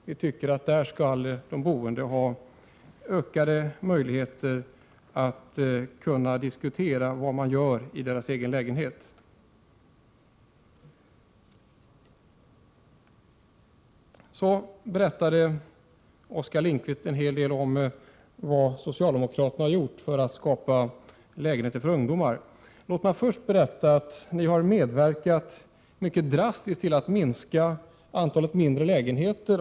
Vi anser att de boende skall få ökade möjligheter att få diskutera vad som görs i deras lägenheter. Oskar Lindkvist talade en hel del om vad socialdemokraterna har gjort för att skapa lägenheter för ungdomar. Låt mig först säga att ni har medverkat mycket drastiskt till att minska antalet mindre lägenheter.